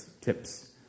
tips